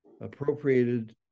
appropriated